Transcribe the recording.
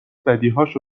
بدیهاشو